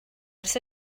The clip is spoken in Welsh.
ers